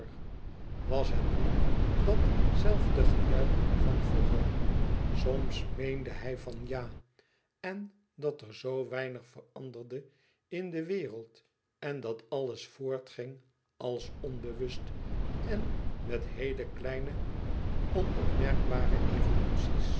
was het nu dat zelfde gejuich van vroeger soms meende hij van ja en dat er zoo weinig veranderde in de wereld en dat alles voortging als onbewust en met heele kleine onopmerkbare evoluties